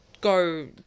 go